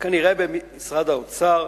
כנראה במשרד האוצר,